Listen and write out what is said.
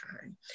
time